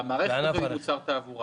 והמערכת הזו היא מוצר תעבורה.